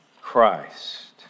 Christ